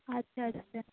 আচ্ছা আচ্ছা